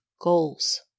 goals